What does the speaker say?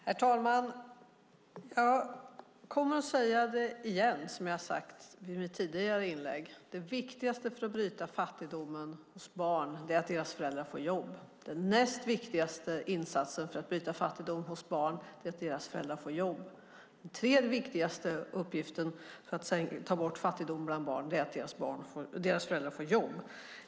Herr talman! Jag kommer att säga igen det jag har sagt i mitt tidigare inlägg: Det viktigaste för att bryta fattigdomen hos barn är att deras föräldrar får jobb. Den näst viktigaste insatsen för att bryta fattigdomen hos barn är att deras föräldrar får jobb. Den tredje viktigaste uppgiften för att få bort fattigdomen bland barn är att deras föräldrar får jobb.